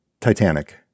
Titanic